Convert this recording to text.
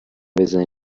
بزنی